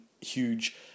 huge